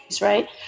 right